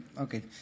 Okay